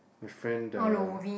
my friend the